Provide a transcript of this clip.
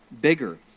bigger